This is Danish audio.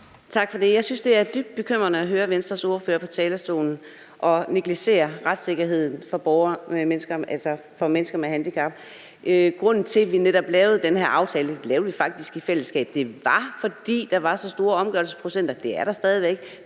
Tak for det. Jeg synes, det er dybt bekymrende at høre Venstres ordfører på talerstolen negligere retssikkerhed for mennesker med handicap. Grunden til, at vi netop lavede den her aftale – og den lavede vi faktisk i fællesskab – var, at der var så store omgørelsesprocenter. Det er der stadig væk.